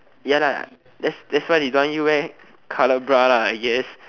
ya lah that's that's why they don't want you to wear coloured bra lah I guess